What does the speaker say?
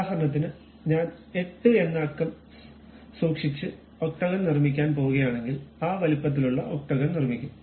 ഉദാഹരണത്തിന് ഞാൻ 8 എന്ന ആക്കം സൂക്ഷിച്ച് ഒക്ടാകോൺ നിർമ്മിക്കാൻ പോകുകയാണെങ്കിൽ ആ വലുപ്പത്തിലുള്ള ഒക്ടാകോൺ നിർമ്മിക്കും